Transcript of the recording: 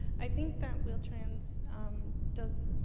i think that wheel-trans does,